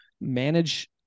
manage